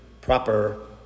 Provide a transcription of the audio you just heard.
proper